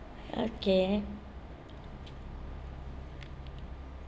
okay